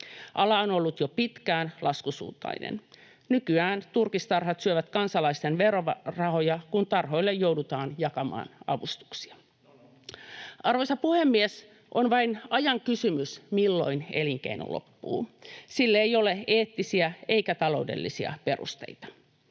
Ala on ollut jo pitkään laskusuuntainen. Nykyään turkistarhat syövät kansalaisten verorahoja, kun tarhoille joudutaan jakamaan avustuksia. [Mauri Peltokangas: No no!] Arvoisa puhemies! On vain ajan kysymys, milloin elinkeino loppuu. Sille ei ole eettisiä eikä taloudellisia perusteita.